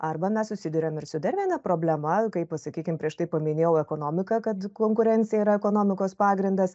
arba mes susiduriam ir su dar viena problema kai pasakykim prieš tai paminėjau ekonomiką kad konkurencija yra ekonomikos pagrindas